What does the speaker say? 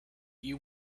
you